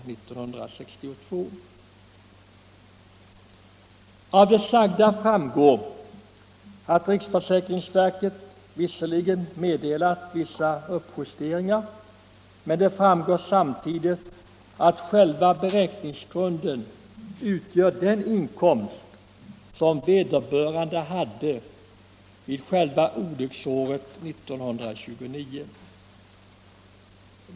Av det sagda framgår att riksförsäkringsverket visserligen meddelat vissa uppjusteringar, men det framgår samtidigt att själva beräkningsgrunden utgör den inkomst som vederbörande hade vid själva olycksåret 1929.